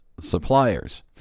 suppliers